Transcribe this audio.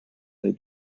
the